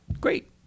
great